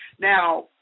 Now